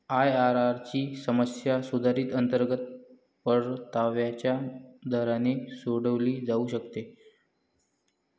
IRR ची समस्या सुधारित अंतर्गत परताव्याच्या दराने सोडवली जाऊ शकते